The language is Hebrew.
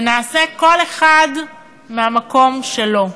ונעשה כל אחד מהמקום שלו,